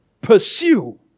pursue